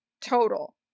Total